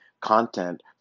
content